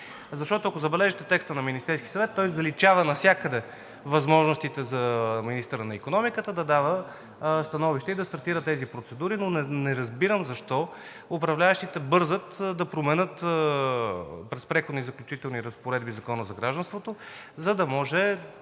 Защото, ако забележите текста на Министерския съвет, той заличава навсякъде възможностите на министъра на икономиката да дава становище и да стартира тези процедури. Но не разбирам защо управляващите бързат да променят през Преходни и заключителни разпоредби Закона за гражданството, може